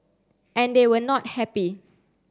and they were not happy